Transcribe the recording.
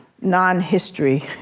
non-history